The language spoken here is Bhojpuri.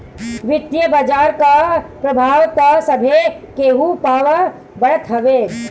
वित्तीय बाजार कअ प्रभाव तअ सभे केहू पअ पड़त हवे